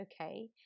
okay